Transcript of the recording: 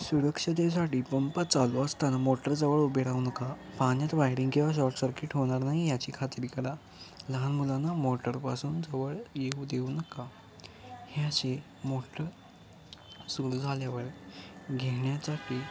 सुरक्षिततेसाठी पंप चालू असताना मोटरजवळ उभे राहू नका पाण्यात वायरिंग किंवा शॉर्ट सर्किट होणार नाही याची खात्री करा लहान मुलांना मोटरपासून जवळ येऊ देऊ नका ह्याचे मोटर सुरू झाल्यावर घेण्यासाठी